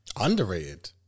underrated